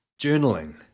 Journaling